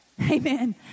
Amen